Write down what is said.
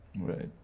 Right